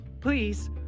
Please